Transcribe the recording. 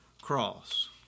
cross